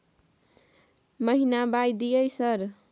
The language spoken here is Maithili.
महीना बाय दिय सर?